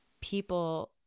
people